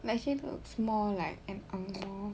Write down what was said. but actually looks more like an ang moh